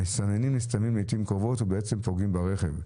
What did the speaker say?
המסננים נסתמים לעתים קרובות, ובעצם פוגעים ברכב.